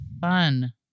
Fun